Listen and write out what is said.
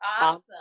Awesome